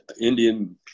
Indian